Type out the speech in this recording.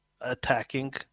attacking